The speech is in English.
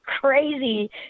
crazy